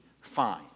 fine